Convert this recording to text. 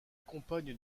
compagne